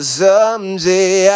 someday